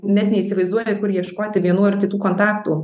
net neįsivaizduoja kur ieškoti vienų ar kitų kontaktų